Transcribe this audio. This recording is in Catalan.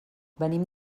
venim